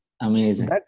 Amazing